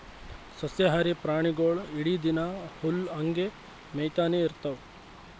ಸಸ್ಯಾಹಾರಿ ಪ್ರಾಣಿಗೊಳ್ ಇಡೀ ದಿನಾ ಹುಲ್ಲ್ ಹಂಗೆ ಮೇಯ್ತಾನೆ ಇರ್ತವ್